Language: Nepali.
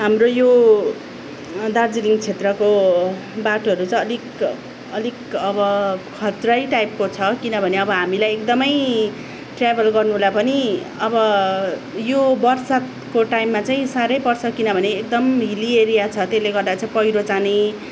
हाम्रो यो दार्जिलिङ क्षेत्रको बाटोहरू चाहिँ अलिक अलिक अब खत्रै टाइपको छ किनभने अब हामीलाई एकदमै ट्रयाभल गर्नुलाई पनि अब यो बर्सातको टाइममा चाहिँ साह्रै पर्छ किनभने एकदम हिल्ली एरिया छ त्यसले गर्दा चाहिँ पैह्रो जाने